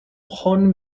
hon